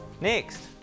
next